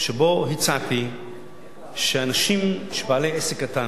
שבה הצעתי שאנשים בעלי עסק קטן,